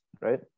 right